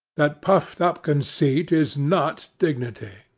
that puffed-up conceit is not dignity,